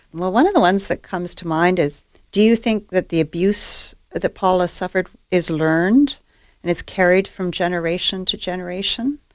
well, one of the ones that comes to mind is do you think that the abuse that paula suffered is learned and is carried from generation to generation?